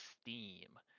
Steam